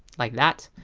like that,